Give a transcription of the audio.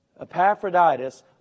Epaphroditus